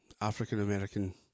African-American